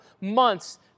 months